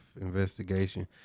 investigation